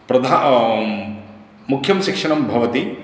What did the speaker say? प्रधा मुख्यं शिक्षणं भवति